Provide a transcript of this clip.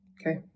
Okay